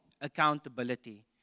accountability